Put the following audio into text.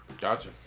Gotcha